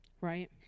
right